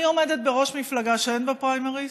אני עומדת בראש מפלגה שאין בה פריימריז.